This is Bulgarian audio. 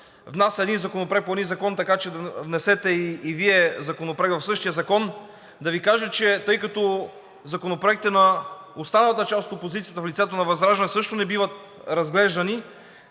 внася един законопроект по един закон, така че да внесете и Вие законопроект в същия закон, да Ви кажа, че законопроектите на останалата част от опозицията в лицето на ВЪЗРАЖДАНЕ също не биват разглеждани.